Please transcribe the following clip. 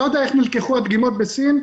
נלקחו הדגימות בסין,